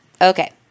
Okay